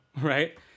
right